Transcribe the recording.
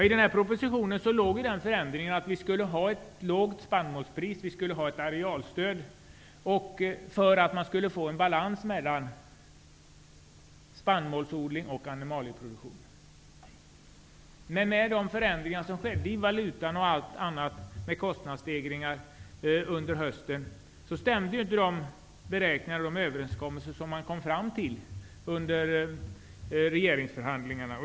I propositionen föreslogs förändringar innebärande ett lågt spannmålspris och ett arealstöd för att man skulle få en balans mellan spannmålsodling och animalieproduktion. Men på grund av de förändringar som skedde i valutan och med kostnadsstegringarna under hösten stämde inte de beräkningar och överenskommelser som man hade kommit fram till under regeringsförhandlingarna.